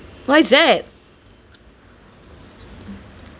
what is that